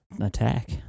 attack